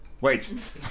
Wait